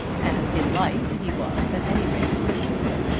and in life he was at any rate her equal.